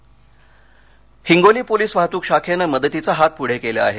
police मदत Hingoli police वाहतुक शाखेनं मदतीचा हात पुढे केला आहे